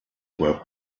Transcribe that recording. were